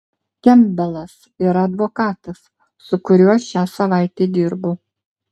kempbelas yra advokatas su kuriuo aš šią savaitę dirbu